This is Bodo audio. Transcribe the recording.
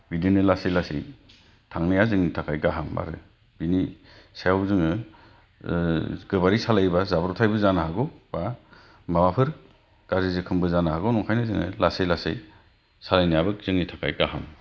बिदिनो लासै लासै थांनाया जोंनि थाखाय गाहाम आरो बिनि सायाव जोङो गोबारै सालायोब्ला जाब्रबथायबो जानो हागौ बा माबाफोर गाज्रि जोखोमबो जानो हागौ ओंखायनो जोङो लासै लासै सालायनायाबो जोंनि थाखाय गाहाम